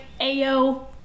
Ayo